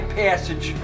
passage